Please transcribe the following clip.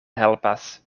helpas